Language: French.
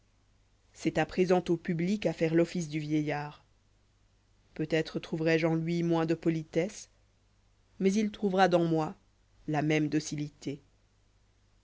c'est à présent au public à faire l'office du vieillard peut-être trouverai-je en iui moins de politesse mais il trouvera dans moi la même docilité